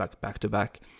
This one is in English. back-to-back